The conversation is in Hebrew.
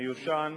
מיושן,